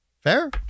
Fair